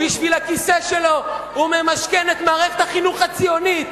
בשביל הכיסא שלו הוא ממשכן את מערכת החינוך הציונית.